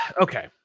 okay